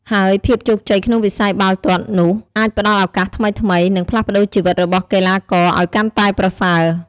ហើយភាពជោគជ័យក្នុងវិស័យបាល់ទាត់នោះអាចផ្តល់ឱកាសថ្មីៗ និងផ្លាស់ប្តូរជីវិតរបស់កីឡាករឲ្យកាន់តែប្រសើរ។